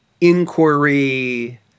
inquiry